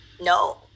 no